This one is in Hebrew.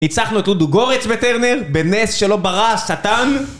ניצחנו את דודו גורץ בטרנר, בנס שלא ברא השטן!